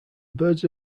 birds